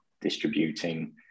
distributing